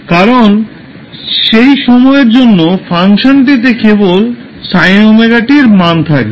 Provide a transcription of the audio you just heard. কারণ সেই সময়ের জন্য ফাংশনটিতে কেবল sin ωt এর মান থাকবে